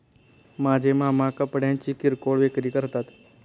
माझे मामा कपड्यांची किरकोळ विक्री करतात